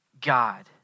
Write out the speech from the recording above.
God